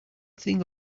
thing